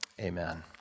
amen